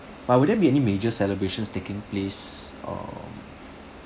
ah would that be any major celebrations taking place uh